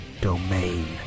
domain